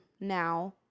now